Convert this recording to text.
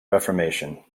reformation